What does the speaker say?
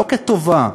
לא כטובה,